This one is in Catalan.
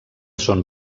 són